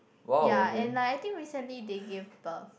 ya and like I think recently they give birth